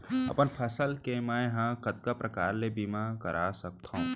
अपन फसल के मै ह कतका प्रकार ले बीमा करा सकथो?